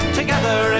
together